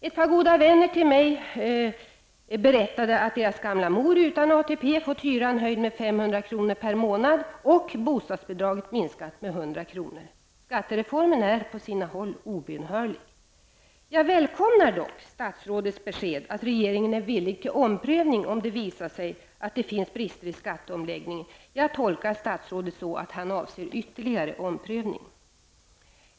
Ett par goda vänner berättade för mig att deras gamla mor utan ATP fått hyran höjd med 500 Skattereformen är på sina håll obönhörlig. Jag välkomnar dock statsrådets besked att regeringen är villig till omprövning om det visar sig att det finns brister i skatteomläggningen. Jag tolkar statsrådet så att han avser ytterligare omprövning.